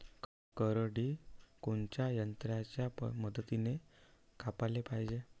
करडी कोनच्या यंत्राच्या मदतीनं कापाले पायजे?